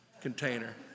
container